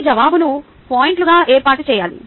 మీ జవాబును పాయింట్లుగా ఏర్పాటు చేయాలి